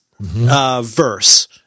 Verse